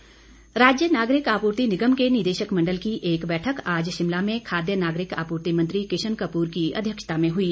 निगम बैठक राज्य नागरिक आपूर्ति निगम के निदेशक मंडल की एक बैठक आज शिमला में खाद्य नागरिक आपूर्ति मंत्री किशन कपूर की अध्यक्षता में हुई